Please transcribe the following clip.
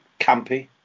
campy